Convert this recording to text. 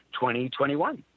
2021